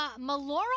Melora